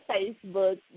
Facebook